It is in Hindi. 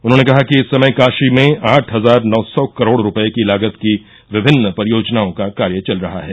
उन्होंने कहा कि इस समय काशी में आठ हजार नौ सौ करोड़ रूपये की लागत की विभिन्न परियोजनाओं का कार्य चल रहा है